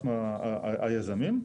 אנחנו היזמים.